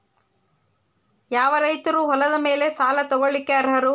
ಯಾವ ರೈತರು ಹೊಲದ ಮೇಲೆ ಸಾಲ ತಗೊಳ್ಳೋಕೆ ಅರ್ಹರು?